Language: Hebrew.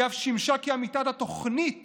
היא אף שימשה כעמיתת התוכנית